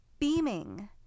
Beaming